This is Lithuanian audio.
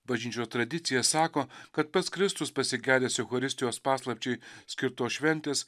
bažnyčios tradicija sako kad pats kristus pasigedęs eucharistijos paslapčiai skirtos šventės